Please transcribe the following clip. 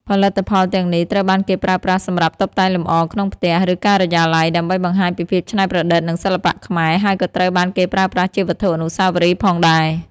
ផលិតផលទាំងនេះត្រូវបានគេប្រើប្រាស់សម្រាប់តុបតែងលម្អក្នុងផ្ទះ ឬការិយាល័យ ដើម្បីបង្ហាញពីភាពច្នៃប្រឌិត និងសិល្បៈខ្មែរ ហើយក៏ត្រូវបានគេប្រើប្រាស់ជាវត្ថុអនុស្សាវរីយ៍ផងដែរ។